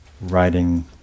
writing